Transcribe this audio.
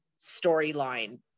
storyline